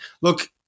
Look